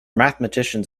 mathematicians